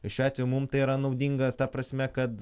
šiuo atveju mum tai yra naudinga ta prasme kad